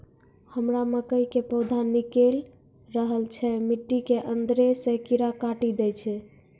हमरा मकई के पौधा निकैल रहल छै मिट्टी के अंदरे से कीड़ा काटी दै छै?